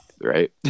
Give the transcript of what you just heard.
right